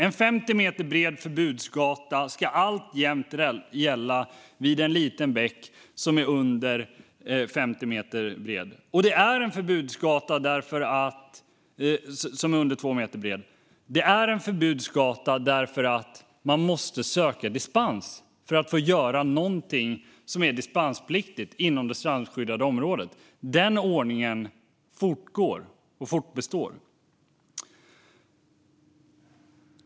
En 50 meter bred förbudsgata ska alltjämt gälla vid en liten bäck som är under 2 meter bred. Det är en förbudsgata därför att man måste söka dispens för att få göra någonting som är dispenspliktigt inom det strandskyddade området. Den ordningen fortgår och fortbestår.